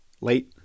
late